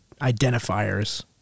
identifiers